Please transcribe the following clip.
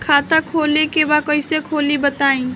खाता खोले के बा कईसे खुली बताई?